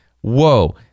whoa